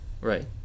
right